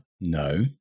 No